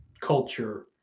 culture